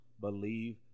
believe